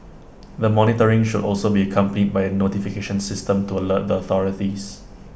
the monitoring should also be accompanied by A notification system to alert the authorities